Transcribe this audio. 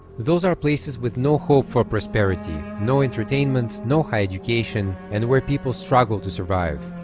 those are places with no hope for prosperity no entertainment no high education and where people struggle to survive